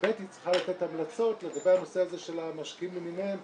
ו-ב' היא צריכה לתת המלצות לגבי הנושא הזה של המשקיעים למיניהם,